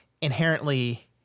inherently